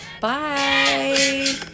Bye